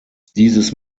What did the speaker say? dieses